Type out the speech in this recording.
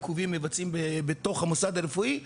עיכובים מבצעים בתוך המוסד הרפואי,